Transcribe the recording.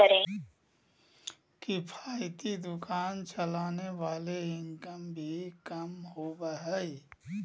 किफायती दुकान चलावे वाला के इनकम भी कम होबा हइ